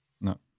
no